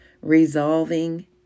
resolving